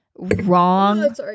Wrong